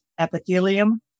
epithelium